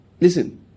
Listen